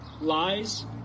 lies